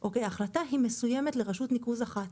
- ההחלטה היא מסוימת לרשות ניקוז אחת.